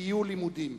יהיו לימודים".